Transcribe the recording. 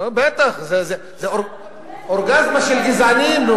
בטח, זו אורגזמה של גזענים.